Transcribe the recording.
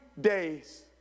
days